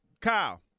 Kyle